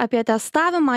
apie testavimą